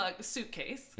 suitcase